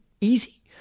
easy